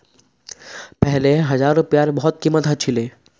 पहले हजार रूपयार बहुत कीमत ह छिले